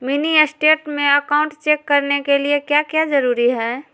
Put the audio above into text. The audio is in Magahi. मिनी स्टेट में अकाउंट चेक करने के लिए क्या क्या जरूरी है?